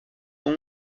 son